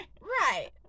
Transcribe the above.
Right